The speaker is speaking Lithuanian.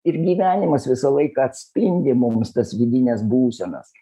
ir gyvenimas visą laiką atspindi mums tas vidines būsenas